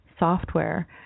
Software